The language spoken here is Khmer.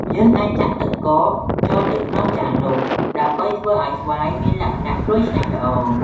យើងអាចចាក់ទឹកកកចូលទៅក្នុងចាននោះ ដើម្បីធ្វើឲ្យស្វាយមានលក្ខណៈស្រួយឆ្ងាញ់ល្អ។